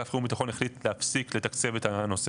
אגף חירום וביטחון החליט להפסיק לתקצב את הנושא.